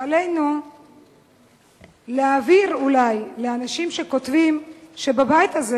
שעלינו להבהיר לאנשים שכותבים שבבית הזה